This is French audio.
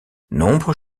nombreux